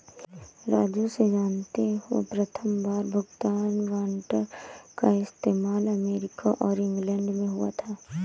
राजू से जानते हो प्रथमबार भुगतान वारंट का इस्तेमाल अमेरिका और इंग्लैंड में हुआ था